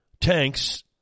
tanks